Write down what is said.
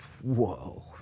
whoa